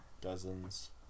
Dozens